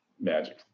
magic